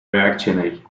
reactionary